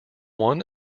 one